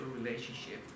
relationship